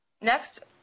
Next